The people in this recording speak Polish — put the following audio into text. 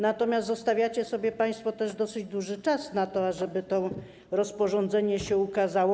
Natomiast zostawiacie sobie państwo też dosyć długi czas na to, ażeby to rozporządzenie się ukazało.